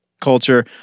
culture